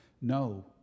No